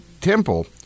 temple